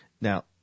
Now